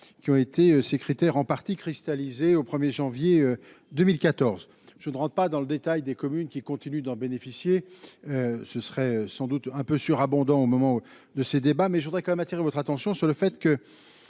qui ont été ces critères en partie cristallisée au 1er janvier 2014 je ne rentre pas dans le détail des communes qui continue d'en bénéficier, ce serait sans doute un peu surabondant au moment de ces débats, mais je voudrais quand même attirer votre attention sur le fait que,